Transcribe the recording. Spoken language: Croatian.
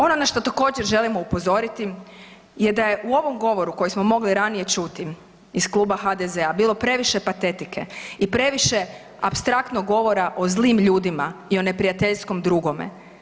Ono na što također želimo upozoriti je da je u ovom govoru koji smo mogli ranije čuti iz Kluba HDZ-a bilo previše patetike i previše apstraktnog govora o zlim ljudima i o neprijateljskom dugome.